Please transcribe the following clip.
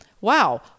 Wow